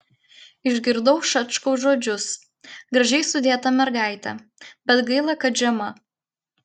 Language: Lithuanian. išgirdau šačkaus žodžius gražiai sudėta mergaitė bet gaila kad žema